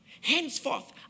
Henceforth